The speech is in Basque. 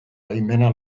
baimena